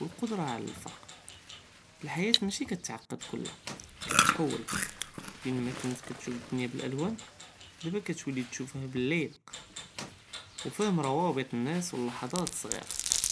ואלקדרה על אלפרק, אלחياة מאשי קטתעקד כולה קטתהוואל פין מא כנת קתשוף אלדוניה באל'לוואן דאבא קטולי קתשופה בללי ילי'ק ופهم ראביט אלנאס ואללהז'את אלס'עירה.